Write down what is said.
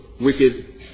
wicked